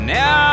Now